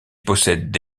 possède